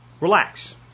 Relax